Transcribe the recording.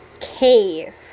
cave